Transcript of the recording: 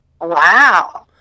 Wow